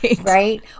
right